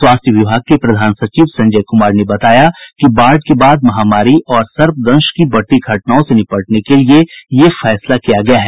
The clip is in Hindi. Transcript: स्वास्थ्य विभाग के प्रधान सचिव संजय कुमार ने बताया कि बाढ़ के बाद महामारी और सर्पदंश की बढ़ती घटनाओं से निपटने के लिये ये फैसला किया गया है